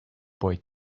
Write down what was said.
boy